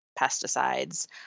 pesticides